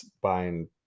buying